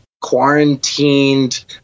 quarantined